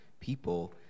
people